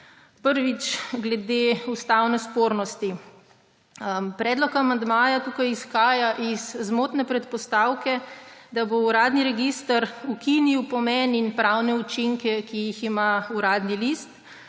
Prvič. Glede ustavne spornosti. Predlog amandmaja tukaj izhaja iz zmotne predpostavke, da bo uradni register ukinil pomen in pravne učinke, ki jih ima Uradni list,